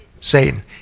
Satan